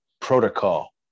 protocol